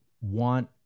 want